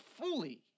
fully